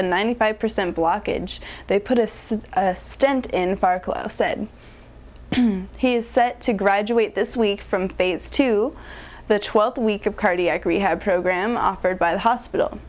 and ninety five percent blockage they put a says stent in farkle said he is set to graduate this week from bates to the twelfth week of cardiac rehab program offered by the hospital